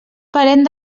parent